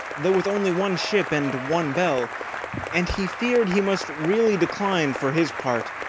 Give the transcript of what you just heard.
though with only one ship and one bell and he feared he must really decline, for his part,